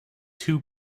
two